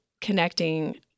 connecting